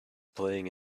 playing